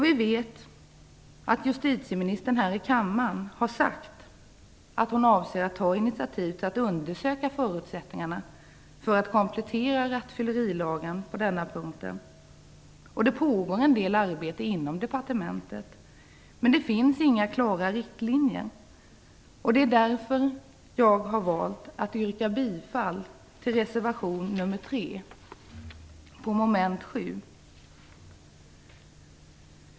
Vi vet att justitieministern här i kammaren har sagt att hon avser att ta initiativ till att man undersöker förutsättningarna för att komplettera rattfyllerilagen på denna punkt. Det pågår en del arbete inom departementet. Men det finns inga klara riktlinjer, och det är därför jag har valt att yrka bifall till reservation nr 3, mom. 7.